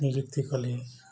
ନିଯୁକ୍ତି କଲି